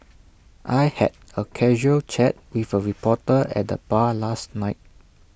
I had A casual chat with A reporter at the bar last night